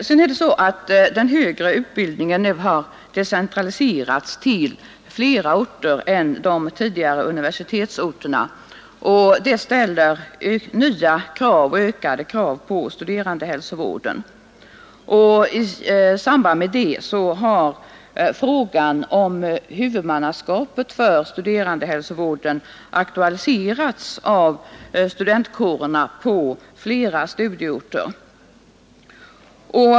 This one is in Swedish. Vidare är det så att den högre utbildningen nu har decentraliserats till flera orter än de tidigare universitetsorterna, och det ställer nya och ökade krav på studerandehälsovården. I samband därmed har frågan om huvudmannaskapet för studerandehälsovården aktualiserats av studentkårerna på flera studieorter.